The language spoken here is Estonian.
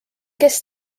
kes